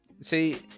See